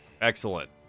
excellent